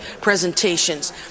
presentations